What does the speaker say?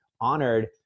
honored